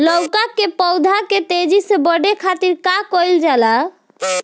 लउका के पौधा के तेजी से बढ़े खातीर का कइल जाला?